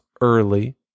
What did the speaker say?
early